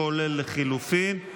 כולל חלופותיהן.